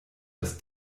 das